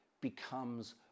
becomes